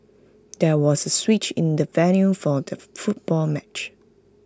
there was A switch in the venue for the football match